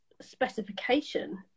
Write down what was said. specification